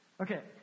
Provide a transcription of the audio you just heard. Okay